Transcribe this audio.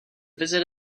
visit